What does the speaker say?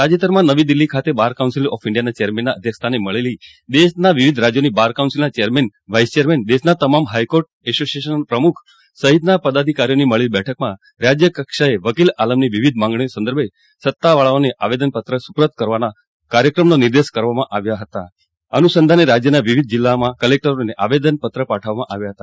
તાજેતરમાં નવી દિલ્હી ખાતે બાર કાઉન્સીલ ઓફ ઈન્ડિયાના ચેરમેનના અધ્યક્ષસ્થાને મળેલી દેશના વિવિધ રાજ્યોની બાર કાઉન્સીલના ચેરમેન વાઈસ ચેરમેન દેશની તમામ હાઈકોર્ટ એસોસીએશનના પ્રમુખ સહિતના પદાધિકારીઓની મળેલી બેઠકમાં રાજ્યકક્ષાએ વકીલઆમની વિવિધ માંગણીઓ સંદર્ભે સત્તાવાળાઓને આવેદનપત્ર સુપ્રત કરવા સહિતના કાર્યક્રમોના નિર્દેશ આપવામાં આવ્યા હતા જેના અનુસંધાને રાજ્યના વિવિધ જિલ્લાઓમાં કલેકટરને આવેદનપત્ર પાઠવવામાં આવ્યા હતા